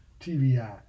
TVI